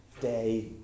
day